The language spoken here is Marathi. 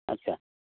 अच्छा